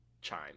chime